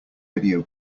video